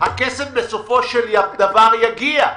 הכסף בסופו של דבר יגיע.